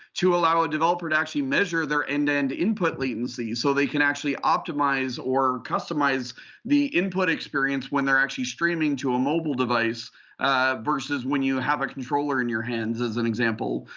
to allow a developer to actually measure their end-to-end input latencies. so they can actually optimize or customize the input experience when they're actually streaming to a mobile device versus when you have a controller in your hands as an example.